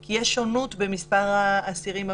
אני נותן לך שיעורי בית.